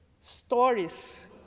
stories